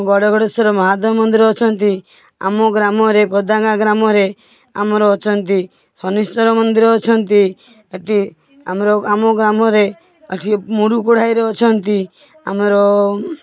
ଗଡ଼ଗଡ଼େଶ୍ବର ମହାଦେବ ମନ୍ଦିର ଅଛନ୍ତି ଆମ ଗ୍ରାମରେ ବଦାନା ଗ୍ରାମରେ ଆମର ଅଛନ୍ତି ଶନିଶ୍ଚର ମନ୍ଦିର ଅଛନ୍ତି ସେଇଠି ଆମର ଆମ ଗ୍ରାମରେ ଏଇଠି ମୁଢୁକଢ଼ାଇରେ ଅଛନ୍ତି ଆମର